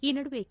ಈ ನಡುವೆ ಕೆ